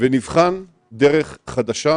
להבין את המשמעות של להישמר ומה לעשות,